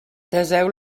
deseu